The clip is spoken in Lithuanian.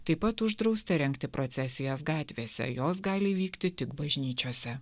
taip pat uždrausta rengti procesijas gatvėse jos gali vykti tik bažnyčiose